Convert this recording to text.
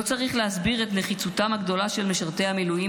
לא צריך להסביר את נחיצותם הגדולה של משרתי המילואים,